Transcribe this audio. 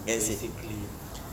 basically